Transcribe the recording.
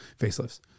facelifts